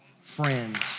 friends